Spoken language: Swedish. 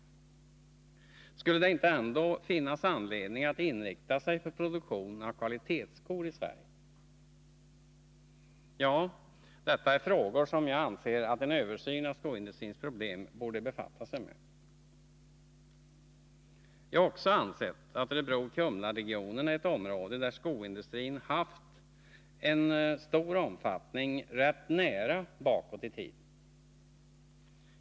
Skulle det inte ändå finnas anledning att inrikta sig på produktion av kvalitetsskor inom Sverige? Ja, detta är frågor som jag anser att man borde befatta sig med vid en översyn av skoindustrins problem. Jag har också ansett att Örebro-Kumlaregionen är ett område där skoindustrin haft en stor omfattning ganska nära bakåt i tiden.